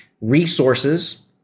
Resources